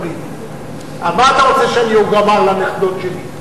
בארצות-הברית: מה אתה רוצה שאני אומר לנכדות שלי?